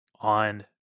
on